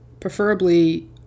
preferably